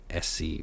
SC